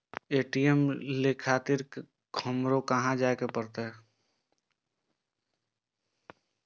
ATM ले खातिर हमरो कहाँ जाए परतें?